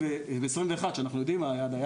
אנחנו ב-2021 שאנחנו יודעים מה היה והיה